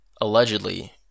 allegedly